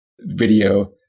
video